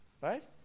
Right